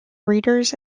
readers